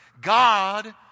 God